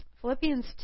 Philippians